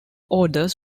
orders